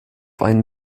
einen